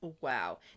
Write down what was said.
Wow